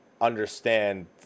understand